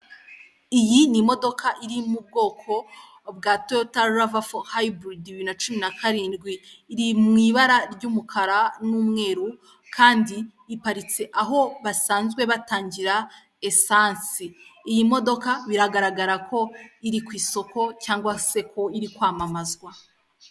Iyi ni imodoka iri mu bwoko bwa Toyota lava fo, hayiburidi, bibiri na cumi na karindwi, iriho ibara ry'umukara n'umweru, kandi iparitse aho basanzwe batangira esansi. Iyi modoka biragaragara ko iri ku isoko cyangwa se ko iri kwamamazwa.